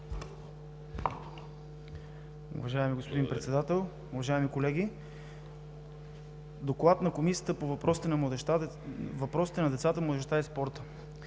Уважаеми господин Председател, уважаеми колеги! „ДОКЛАД на Комисията по въпросите на децата, младежта и спорта